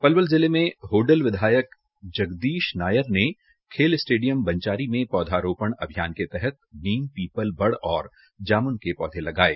पलवल जिले में होडल विधायक जगदीष नायर ने खेल स्टेडियम बंचारी में पौधारोपण अभियान के तहत नीम पीपल और जामुन के पौधे लगाये